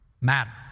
matter